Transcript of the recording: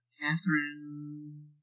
Catherine